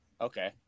Okay